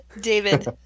David